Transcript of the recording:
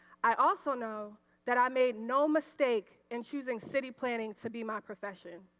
i also know that i made no mistake in choosing city planning to be my profession.